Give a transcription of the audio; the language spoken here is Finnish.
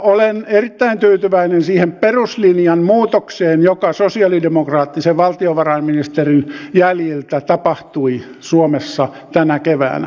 olen erittäin tyytyväinen siihen peruslinjan muutokseen joka sosialidemokraattisen valtiovarainministerin jäljiltä tapahtui suomessa tänä keväänä